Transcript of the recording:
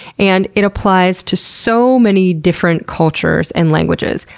and it applies to so many different cultures and languages.